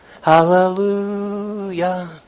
Hallelujah